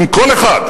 עם כל אחד,